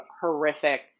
horrific